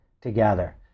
together